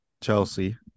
Chelsea